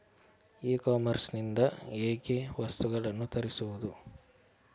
E commerce ಇಂದ ಹೇಗೆ ವಸ್ತುಗಳನ್ನು ತರಿಸುವುದು?